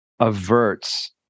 averts